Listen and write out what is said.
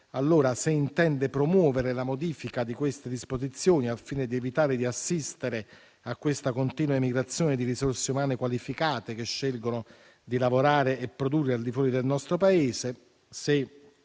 pertanto se intende promuovere la modifica di queste disposizioni, al fine di evitare di assistere alla continua emigrazione di risorse umane qualificate che scelgono di lavorare e produrre al di fuori del nostro Paese;